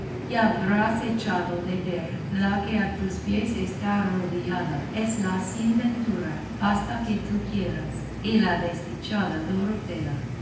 ya habrás echado de ver que la que a tus pies está arrodillada es la sin ventura hasta que tú quieras y la desdichada dorotea